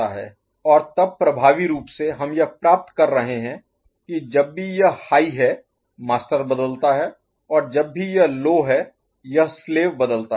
और तब प्रभावी रूप से हम यह प्राप्त कर रहे हैं कि जब भी यह हाई है मास्टर बदलता है और जब भी यह लो है यह स्लेव बदलता है